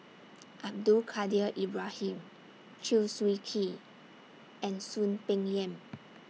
Abdul Kadir Ibrahim Chew Swee Kee and Soon Peng Yam